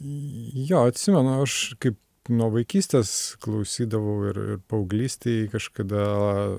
jo atsimenu aš kaip nuo vaikystės klausydavau ir ir paauglystėj kažkada